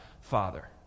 father